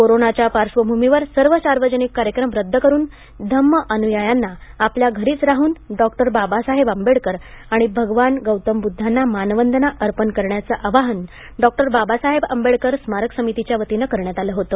कोरोनाच्या पार्श्वभूमीवर सर्व सार्वजनिक कार्यक्रम रद्द करुन धम्म अनुयायांना आपल्या घरीच राहून डॉक्टर बाबासाहेब आंबेडकर आणि भगवान गौतम बुद्धांना मानवंदना अर्पण करण्याचं आवाहन डॉक्टर बाबासाहेब आंबेडकर स्मारक समितीच्या वतीनं करण्यात आलं होतं